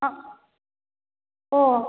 ஆ ஓ